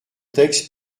texte